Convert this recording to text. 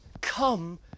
Come